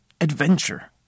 Adventure